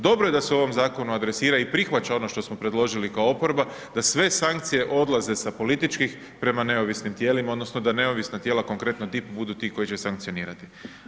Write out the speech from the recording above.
Dobro je da se u ovom zakonu adresira i prihvaća ono što smo predložili kao oporba, da sve sankcije odlaze sa političkih prema neovisnim tijelima odnosno da neovisna tijela, konkretno DIP, budu ti koji će sankcionirati.